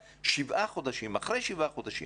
אבל אחרי שבעה חודשים